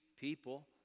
people